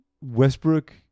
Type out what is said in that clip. Westbrook